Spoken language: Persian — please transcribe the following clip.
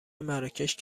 مراکش